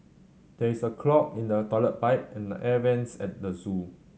there is a clog in the toilet pipe and the air vents at the zoo